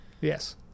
Yes